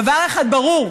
דבר אחד ברור: